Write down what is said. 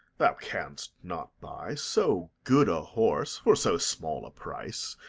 thou canst not buy so good a horse for so small a price.